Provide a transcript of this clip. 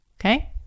Okay